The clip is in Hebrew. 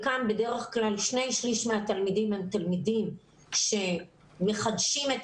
שני שליש מהתלמידים הם תלמידים שמחדשים את